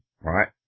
right